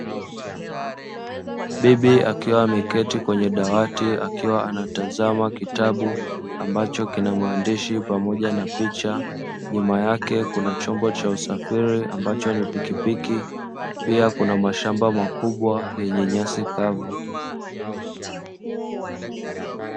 Bibi akiwa ameketi kwenye dawati akiwa anatazama kitabu ambacho kina maandishi pamoja na picha, nyuma yake kuna chombo cha usafiri ambacho ni pikipiki, pia kuna mashamba makubwa yenye nyasi kavu.